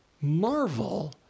marvel